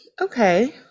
okay